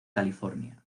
california